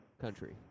country